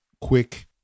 quick